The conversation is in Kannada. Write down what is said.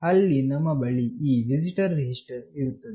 ಅಲ್ಲಿ ನಮ್ಮ ಬಳಿ ಈ ವಿಸಿಟರ್ ರಿಜಿಸ್ಟರ್ ಇರುತ್ತದೆ